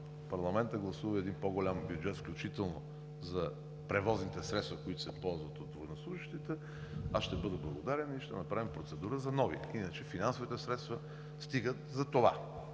парламентът гласува един по-голям бюджет, включително за превозните средства, които се ползват от военнослужещите, аз ще бъда благодарен и ще направим процедура за нови, иначе финансовите средства стигат за това.